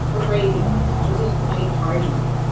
or brave enough, or didn't fight hard enough.